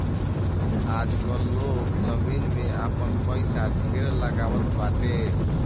आजकाल लोग जमीन में आपन पईसा ढेर लगावत बाटे